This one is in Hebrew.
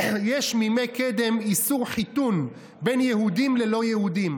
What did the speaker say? יש מימי קדם איסור חיתון בין יהודים ולא יהודים.